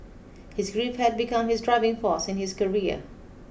his grief had become his driving force in his career